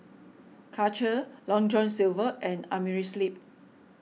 Karcher Long John Silver and Amerisleep